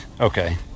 Okay